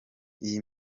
iyi